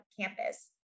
Campus